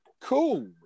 Cool